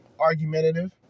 Argumentative